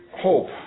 hope